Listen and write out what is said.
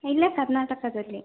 ಇಲ್ಲೇ ಕರ್ನಾಟಕದಲ್ಲಿ